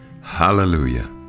Hallelujah